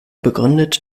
begründet